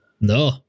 No